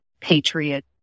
patriot